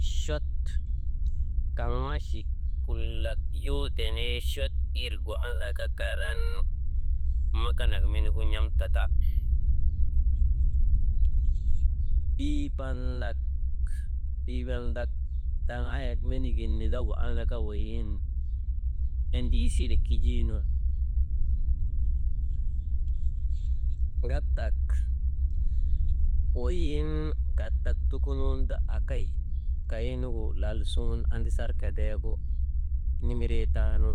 Chot kaŋ machuk kulak yoo tenee chot wirgu an karan, makanak menigu n̰am tata, iipallak, iipallak daŋaayek menigin nindagu an weyiŋ endeesiri kijiinun. Kattak weyiŋ kattak tukunun ti akay, kay nugu lal suŋun andisarka ndeegu nimiree taanu